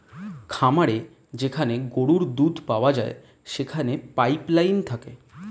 খামারে যেখানে গরুর দুধ পাওয়া যায় সেখানে পাইপ লাইন থাকে